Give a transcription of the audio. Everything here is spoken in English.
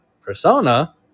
persona